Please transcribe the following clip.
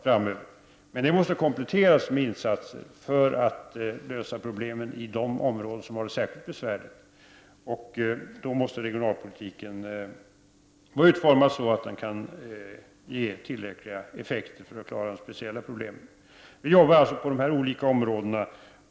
Detta måste emellertid kompletteras med insatser som syftar till att lösa problemen i de områden som har det särskilt besvärligt. Regionalpolitiken måste då utformas så att den kan ge tillräckliga effekter och kan klara av de speciella problemen. Vi arbetar alltså med dessa olika områden.